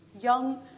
young